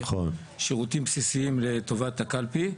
שירותים בסיסיים לטובת הקלפי,